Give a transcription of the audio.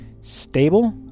stable